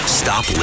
stop